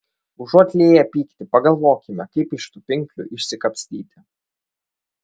užuot lieję pyktį pagalvokime kaip iš tų pinklių išsikapstyti